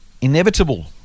inevitable